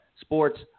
sports